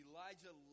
Elijah